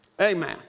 Amen